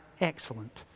excellent